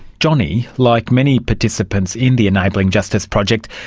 johnny, like many participants in the enabling justice project,